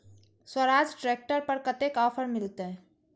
Swaraj tractor पर कतेक offer मिलते?